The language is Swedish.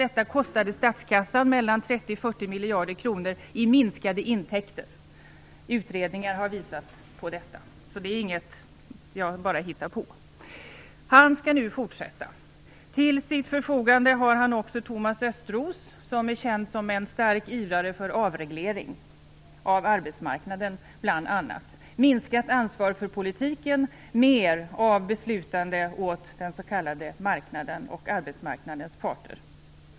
Detta kostade statskassan mellan 30 och 40 miljarder kronor i minskade intäkter. Utredningar har visat på detta, så det är ingenting som jag bara hittar på. Han skall nu fortsätta. Till sitt förfogande har han också Thomas Östros, som är känd som en stark ivrare för avreglering, bl.a. av arbetsmarknaden, för minskat ansvar för politiken, mer av beslutande åt den s.k. marknaden och arbetsmarknadens parter.